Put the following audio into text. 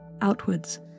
outwards